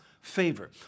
favor